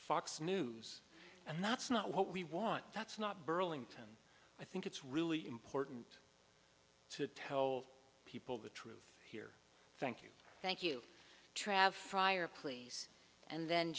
fox news and that's not what we want that's not burlington i think it's really important to tell people the truth thank you thank you trav fireplace and then